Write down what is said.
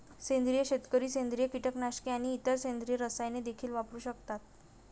सेंद्रिय शेतकरी सेंद्रिय कीटकनाशके आणि इतर सेंद्रिय रसायने देखील वापरू शकतात